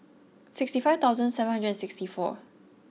sixty five thousand seven hundred and sixty four